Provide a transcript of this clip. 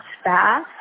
staff